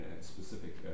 specific